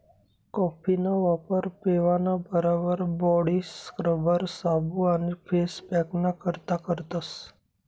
कॉफीना वापर पेवाना बराबर बॉडी स्क्रबर, साबू आणि फेस पॅकना करता करतस